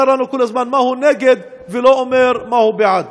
לנו כל הזמן מה הוא נגד ולא אומר מה הוא בעד?